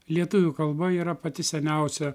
lietuvių kalba yra pati seniausia